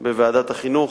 בוועדת החינוך.